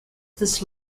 this